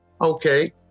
Okay